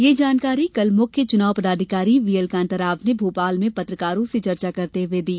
यह जानकारी कल मुख्य चुनाव पदाधिकारी बीएल कांताराव ने भोपाल में पत्रकारों से चर्चा करते हुए दी